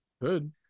Good